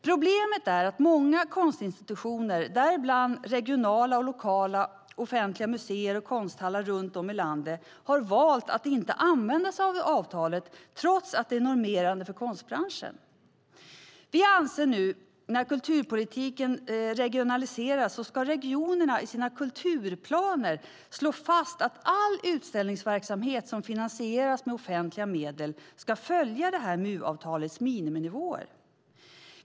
Problemet är att många konstinstitutioner, däribland regionala och lokala offentliga museer och konsthallar runt om i landet, har valt att inte använda sig av avtalet trots att det är normerande för konstbranschen. Vi anser att nu när kulturpolitiken regionaliseras ska regionerna i sina kulturplaner slå fast att all utställningsverksamhet som finansieras med offentliga medel ska följa MU-avtalets miniminivåer.